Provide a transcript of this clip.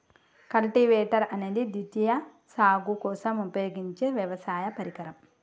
cultivator అనేది ద్వితీయ సాగు కోసం ఉపయోగించే వ్యవసాయ పరికరం